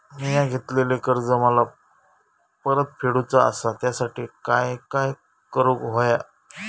मिया घेतलेले कर्ज मला परत फेडूचा असा त्यासाठी काय काय करून होया?